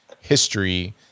history